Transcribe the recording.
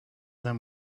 them